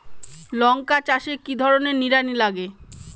লঙ্কা চাষে কি ধরনের নিড়ানি লাগে?